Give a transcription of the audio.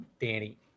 Danny